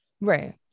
right